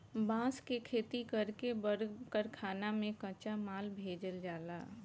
बांस के खेती कर के बड़ कारखाना में कच्चा माल भेजल जाला